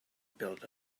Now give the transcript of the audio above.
built